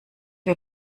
wir